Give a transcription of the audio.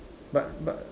but but